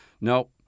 No